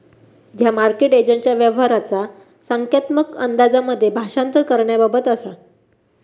ह्या मार्केट एजंटच्या व्यवहाराचा संख्यात्मक अंदाजांमध्ये भाषांतर करण्याबाबत असा